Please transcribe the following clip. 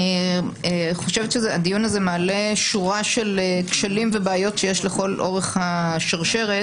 אני חושבת שהדיון הזה מעלה שורה של כשלים ובעיות שיש לכל אורך השרשרת,